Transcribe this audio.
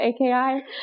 AKI